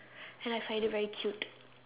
and I find it very cute